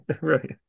right